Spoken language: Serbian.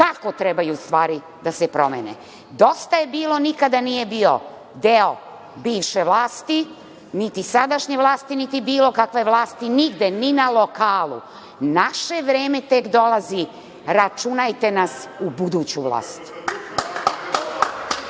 kako trebaju stvari da se promene.„Dosta je bilo“ nikada nije bio deo bivše vlasti, niti sadašnje vlasti, niti bilo kakve vlasti nigde, ni na lokalu. Naše vreme tek dolazi. Računajte nas u buduću vlast.